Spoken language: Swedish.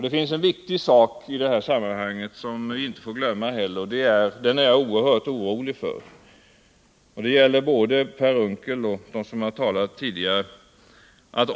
Det finns en viktig sak i det här sammanhanget som vi inte får glömma och som jag är oerhört orolig för. Det gäller både Per Unckel och dem som har talat tidigare.